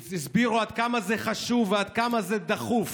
הסבירו עד כמה זה חשוב ועד כמה זה דחוף